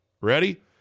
Ready